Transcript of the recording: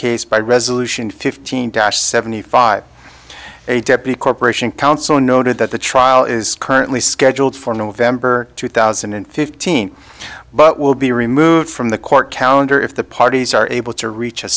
case by resolution fifteen dash seventy five a deputy corporation counsel noted that the trial is currently scheduled for november two thousand and fifteen but will be removed from the court calendar if the parties are able to reach a